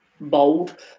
bold